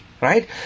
right